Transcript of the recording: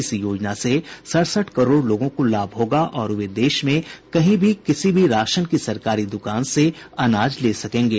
इस योजना से सड़सठ करोड़ लोगों को लाभ होगा और वे देश में कहीं भी किसी भी राशन की सरकारी दुकान से अनाज ले सकेंगे